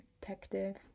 detective